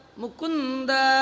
mukunda